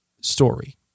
story